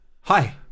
Hi